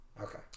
okay